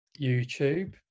YouTube